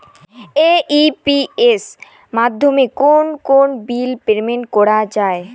AEPS মাধ্যমে কোন কোন বিল পেমেন্ট করা যায়?